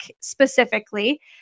specifically